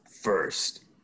first